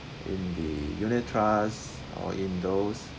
in the unit trust or in those